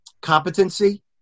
competency